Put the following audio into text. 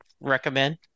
recommend